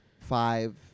five